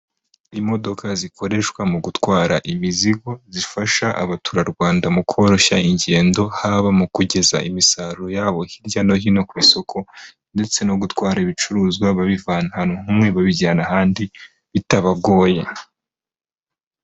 Imodoka zikoreshwa mu gutwara imizigo, zifasha abaturarwanda mu koroshya ingendo, haba mu kugeza imisaruro yabo hirya no hino ku isoko, ndetse no gutwara ibicuruzwa babivana ahantu hamwe babijyana ahandi bitabagoye.